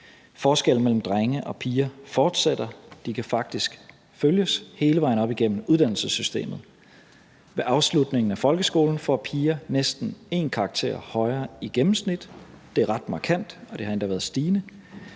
Forskellene mellem drenge og piger fortsætter; de kan faktisk følges hele vejen op igennem uddannelsessystemet. Ved afslutningen af folkeskolen får piger næsten én karakter højere i gennemsnit. Det er ret markant, og det har endda været stigende.